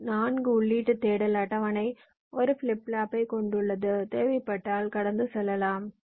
B 4 உள்ளீட்டு தேடல் அட்டவணை ஒரு பிளிப் ஃப்ளாப்பைக் கொண்டுள்ளது தேவைப்பட்டால் கடந்து செல்லலாம்